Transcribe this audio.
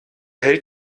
hält